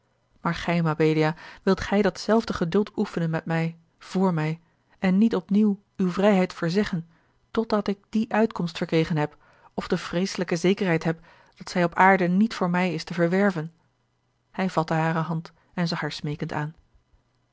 maar gij mabelia wilt gij datzelfde geduld oefenen met mij voor mij en niet opnieuw uwe vrijheid verzeggen totdat ik die uitkomst verkregen heb of de vreeselijke zekerheid heb dat zij op aarde niet voor mij is te verwerven hij vatte hare hand en zag haar smeekend aan